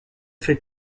fait